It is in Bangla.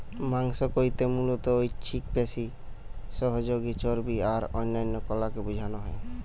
মাংস কইতে মুলত ঐছিক পেশি, সহযোগী চর্বী আর অন্যান্য কলাকে বুঝানা হয়